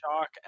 Shock